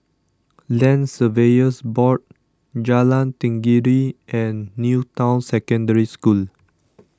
Land Surveyors Board Jalan Tenggiri and New Town Secondary School